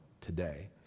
today